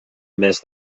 mes